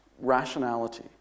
rationality